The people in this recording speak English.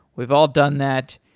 we've all done that,